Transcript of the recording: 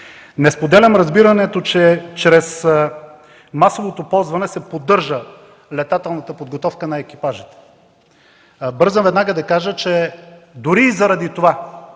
Не споделям разбирането, че с масовото ползване се поддържа летателната подготовка на екипажа. Бързам веднага да кажа, че дори и заради това,